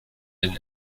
den